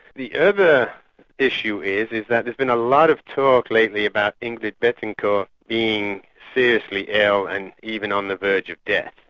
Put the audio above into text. the other issue is, is that there's been a lot of talk lately about ingrid betancourt being seriously ill and even on the verge of death.